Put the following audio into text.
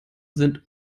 sind